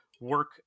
work